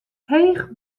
heech